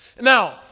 Now